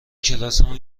کلاسمون